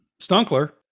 Stunkler